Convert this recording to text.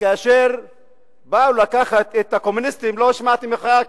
וכאשר באו לקחת את הקומוניסטים לא השמעתי מחאה,